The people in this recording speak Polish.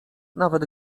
nawet